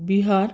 Bihar